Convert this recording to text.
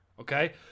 okay